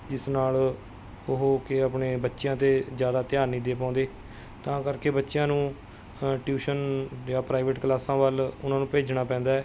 ਜਿਸ ਨਾਲ਼ ਉਹ ਕਿ ਆਪਣੇ ਬੱਚਿਆਂ 'ਤੇ ਜ਼ਿਆਦਾ ਧਿਆਨ ਨਹੀਂ ਦੇ ਪਾਉਂਦੇ ਤਾਂ ਕਰਕੇ ਬੱਚਿਆਂ ਨੂੰ ਟਿਊਸ਼ਨ ਜਾਂ ਪ੍ਰਾਈਵੇਟ ਕਲਾਸਾਂ ਵੱਲ ਉਹਨਾਂ ਨੂੰ ਭੇਜਣਾ ਪੈਂਦਾ ਹੈ